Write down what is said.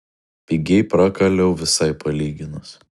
pigiai prakaliau visai palyginus